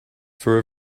for